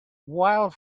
while